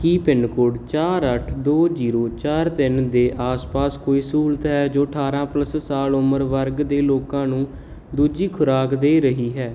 ਕੀ pin code ਚਾਰ ਅੱਠ ਦੋ ਜ਼ੀਰੋ ਚਾਰ ਤਿੰਨ ਦੇ ਆਸ ਪਾਸ ਕੋਈ ਸਹੂਲਤ ਹੈ ਜੋ ਅਠਾਰ੍ਹਾਂ ਪਲੱਸ ਸਾਲ ਉਮਰ ਵਰਗ ਦੇ ਲੋਕਾਂ ਨੂੰ ਦੂਜੀ ਖੁਰਾਕ ਦੇ ਰਹੀ ਹੈ